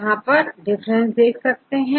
यहां पर भी आप डिफरेंस देख सकते हैं